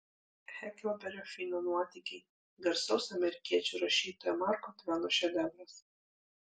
heklberio fino nuotykiai garsaus amerikiečių rašytojo marko tveno šedevras